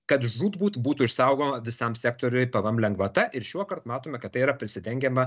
kad žūtbūt būtų išsaugoma visam sektoriui pvm lengvata ir šiuokart matome kad tai yra prisidengiama